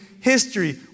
history